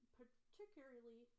particularly